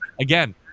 Again